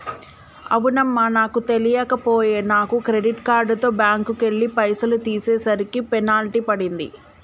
అవునమ్మా నాకు తెలియక పోయే నాను క్రెడిట్ కార్డుతో బ్యాంకుకెళ్లి పైసలు తీసేసరికి పెనాల్టీ పడింది